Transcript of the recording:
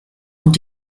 und